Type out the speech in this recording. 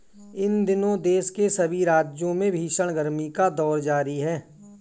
इन दिनों देश के सभी राज्यों में भीषण गर्मी का दौर जारी है